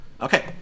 Okay